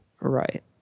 Right